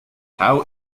how